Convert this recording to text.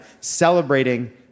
celebrating